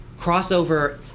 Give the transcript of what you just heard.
crossover